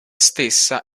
stessa